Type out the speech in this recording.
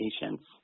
patients